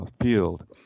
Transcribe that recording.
field